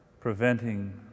preventing